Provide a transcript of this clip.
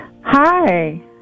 Hi